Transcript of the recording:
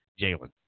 Jalen